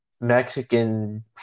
Mexican